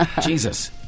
Jesus